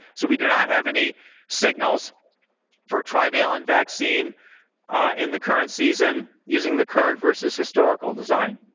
so we do not have any signals for trivalent vaccine in the current season using the current versus historical design.